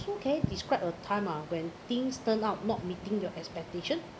who can describe a time ah when things turn out not meeting your expectation